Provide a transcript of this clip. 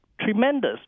tremendous